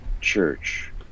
church